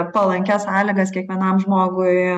palankias sąlygas kiekvienam žmogui